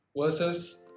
versus